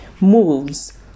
moves